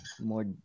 More